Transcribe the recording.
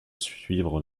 suivre